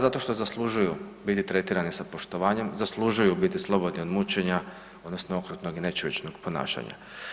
Zato što zaslužuju biti tretirani sa poštovanjem, zaslužuju biti slobodni od mučenja odnosno okrutnog i nečovječnog ponašanja.